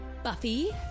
Buffy